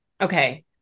Okay